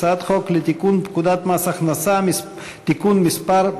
הצעת חוק לתיקון פקודת מס הכנסה (מס' 202),